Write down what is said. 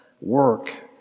work